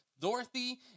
Dorothy